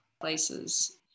places